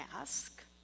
ask